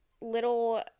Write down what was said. little